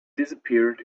disappeared